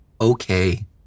Okay